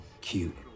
Cute